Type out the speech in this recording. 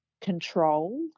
control